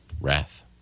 wrath